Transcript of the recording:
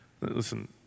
Listen